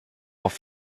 auf